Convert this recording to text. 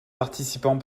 participants